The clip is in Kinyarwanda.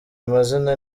amazina